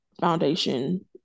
foundation